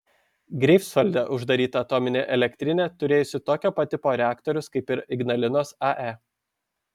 greifsvalde uždaryta atominė elektrinė turėjusi tokio pat tipo reaktorius kaip ir ignalinos ae